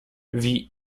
wie